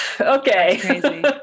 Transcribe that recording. okay